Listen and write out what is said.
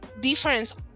difference